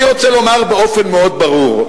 אני רוצה לומר באופן מאוד ברור,